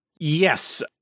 Yes